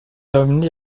emmené